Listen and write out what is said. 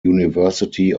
university